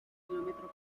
kilómetro